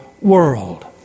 world